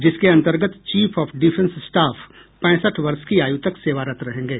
जिसके अंतर्गत chief of defence staff पैंसठ वर्ष की आयु तक सेवारत रहेंगे